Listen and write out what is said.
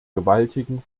gewaltigen